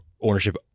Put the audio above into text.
ownership